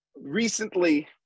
Recently